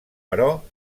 però